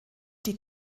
die